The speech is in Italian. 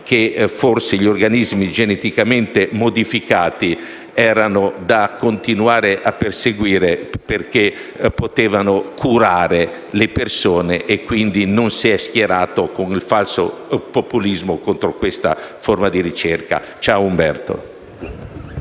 ricerca sugli organismi geneticamente modificati era da continuare a perseguire perché possono curare le persone e quindi non si è schierato con il falso populismo contro questa forma di ricerca. Ciao, Umberto.